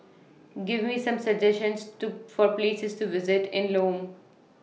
Give Me Some suggestions to For Places to visit in Lome